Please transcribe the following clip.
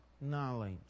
knowledge